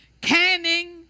canning